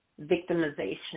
victimization